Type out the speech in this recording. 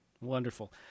Wonderful